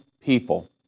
people